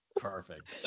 Perfect